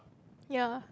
ya